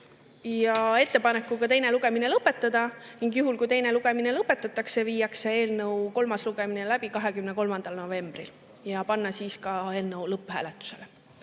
teha ettepanek teine lugemine lõpetada ning juhul, kui teine lugemine lõpetatakse, viia eelnõu kolmas lugemine läbi 23. novembril ja panna eelnõu lõpphääletusele.